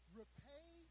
repay